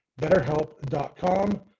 betterhelp.com